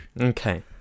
Okay